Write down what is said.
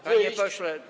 Panie pośle.